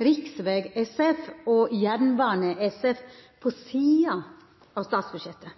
Riksvei SF og Jernbane SF, på sida av statsbudsjettet.